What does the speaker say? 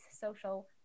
social